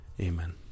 Amen